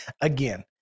Again